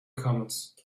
comments